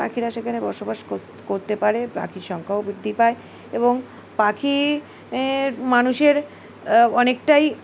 পাখিরা সেখানে বসবাস কষ করতে পারে পাখির সংখ্যাও বৃদ্ধি পায় এবং পাখি মানুষের অনেকটাই